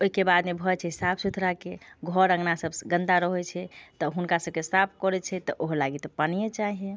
ओइके बादमे भऽ जाइ छै साफ सुथराके घर अँगना सभ गन्दा रहै छै तऽ हुनका सभके साफ करै छै तऽ ओहो लागि तऽ पानिये चाही